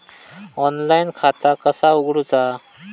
Online खाता कसा उगडूचा?